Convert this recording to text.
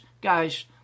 guys